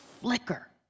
flicker